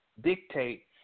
dictate